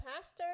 pastor